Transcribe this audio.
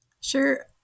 Sure